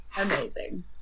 amazing